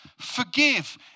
Forgive